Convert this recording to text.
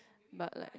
but like